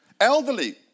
Elderly